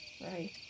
right